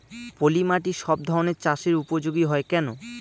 পলিমাটি সব ধরনের চাষের উপযোগী হয় কেন?